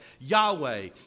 Yahweh